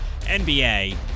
NBA